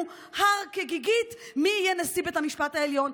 הר כגיגית מי יהיה נשיא בית המשפט העליון.